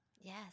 Yes